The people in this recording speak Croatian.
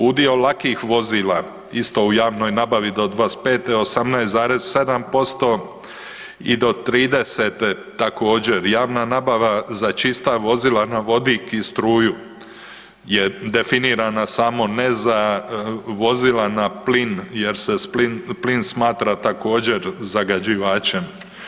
Udio lakih vozila isto u javnoj nabavi do '25.-te 18,7% i do '30.-te također javna nabava za čista vozila na vodik i struju je definirana samo ne za vozila na plin jer se plin smatra također zagađivačem.